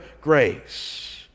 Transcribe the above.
grace